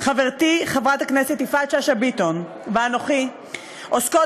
חברתי חברת הכנסת יפעת שאשא ביטון ואנוכי עוסקות